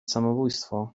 samobójstwo